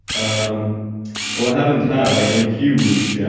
um well i haven't had like any huge yeah